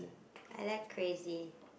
I like crazy